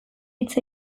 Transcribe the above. hitz